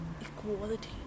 equality